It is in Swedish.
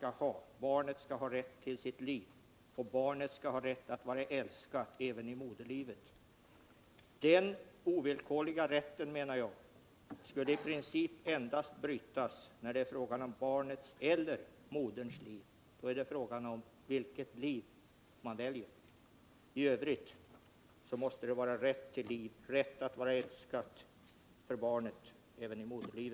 Barnet skall ha rätt till sitt liv och ha rätt att vara älskat även i moderlivet. Den ovillkorliga rätten borde endast få hävas när det är fråga om att välja mellan barnets och moderns liv.